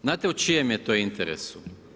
Znate u čijem je to interesu?